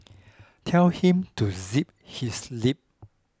tell him to zip his lip